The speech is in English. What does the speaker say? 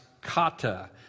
kata